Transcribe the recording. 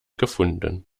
gefunden